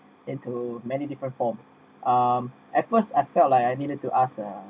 into many different form um at first I felt like I needed to ask a